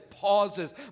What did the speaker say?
pauses